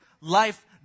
life